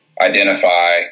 identify